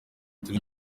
tureba